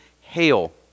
hail